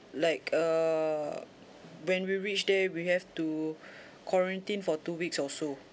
like err when we reach there we have to quarantine for two weeks also